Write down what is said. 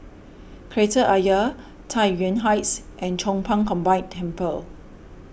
Kreta Ayer Tai Yuan Heights and Chong Pang Combined Temple